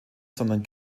sondern